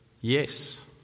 yes